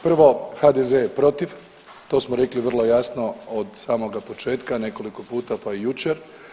Prvo HDZ je protiv, to smo rekli vrlo jasno od samoga početka nekoliko puta, pa i jučer.